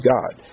God